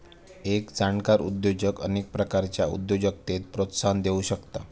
एक जाणकार उद्योजक अनेक प्रकारच्या उद्योजकतेक प्रोत्साहन देउ शकता